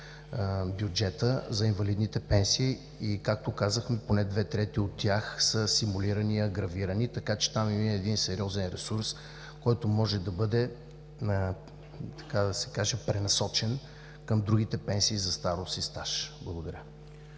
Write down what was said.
бюджетът за инвалидните пенсии. Както казахме, поне две трети от тях са симулирани, гравирани, така че там има сериозен ресурс, който може да бъде пренасочен към другите пенсии за старост и стаж. Благодаря